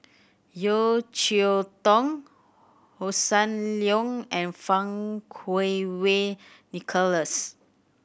Yeo Cheow Tong Hossan Leong and Fang Kuo Wei Nicholas